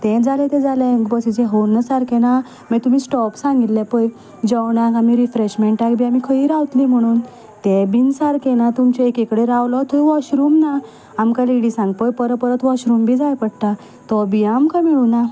तें जालें तें जालें बसीचो हॉर्न सारके ना मागीर तुमी स्टॉप सांगिल्लें पळय जेवणाक आनी रिफ्रेशमेंटाक आमी खंयी रावतली म्हणून ते बीन सारके ना तुमचें तो एके कडेन रावलो थंय वॉशरूम ना आमकां लेडिसांक पय परत परत वॉशरूम बीन जाय पडटा तो बी आमकां मेळुना